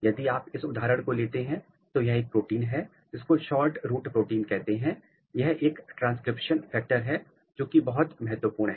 यदि आप इस उदाहरण को लेते हैं तो यह एक प्रोटीन है जिसको शॉर्ट रूट प्रोटीन कहते हैं यह एक ट्रांसक्रिप्शन फैक्टर है जो की बहुत महत्वपूर्ण है